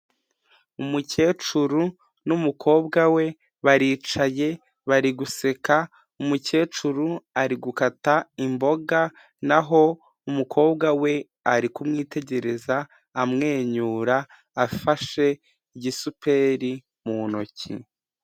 Umukecuru n'umukobwa we baricaye bari guseka, umukecuru ari gukata imboga ,naho umukobwa we arikumwitegereza amwenyura afashe igisuperi mu ntoki.